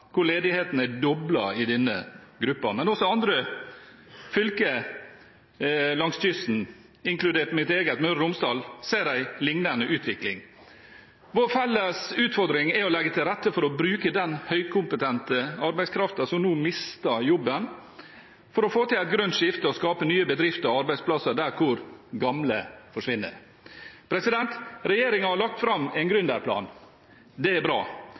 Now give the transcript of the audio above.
hvor ledigheten er doblet i denne gruppen. Men også i andre fylker langs kysten – inkludert mitt eget, Møre og Romsdal – ser man en liknende utvikling. Vår felles utfordring er å legge til rette for å bruke den høykompetente arbeidskraften som nå mister jobben for å få til et grønt skifte og skape nye bedrifter og arbeidsplasser der gamle forsvinner. Regjeringen har lagt fram en gründerplan. Det er bra.